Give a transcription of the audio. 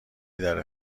داره